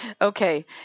Okay